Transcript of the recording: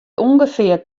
ûngefear